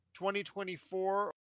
2024